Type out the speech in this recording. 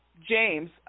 James